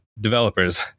developers